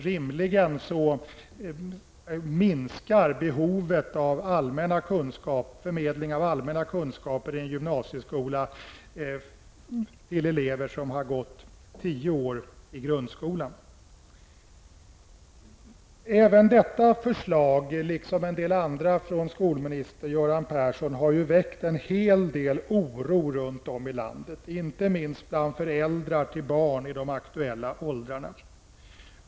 Rimligen är behovet i en gymnasieskola av att förmedla allmänna kunskaper mindre, om den har elever som har gått tio år i grundskolan. Detta förslag har liksom en del andra från skolminister Göran Persson väckt en hel del oro runt om i landet, inte minst bland föräldrar till barn i de aktuella åldrarna.